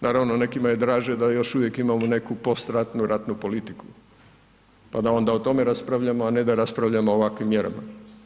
Naravno, nekima je draže da još uvijek imamo post ratnu, ratnu politiku pa da onda o tome raspravljamo, a ne da raspravljamo o ovakvim mjerama.